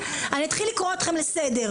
אני אתחיל לקרוא אתכם לסדר.